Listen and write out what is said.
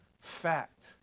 fact